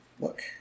look